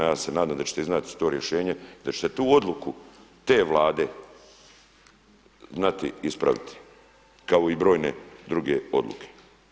Ja se nadam da ćete iznaći to rješenje i da ćete tu odluku te vlade znati ispraviti kao i brojne druge odluke.